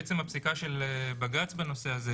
בעצם הפסיקה של בג"ץ בנושא הזה,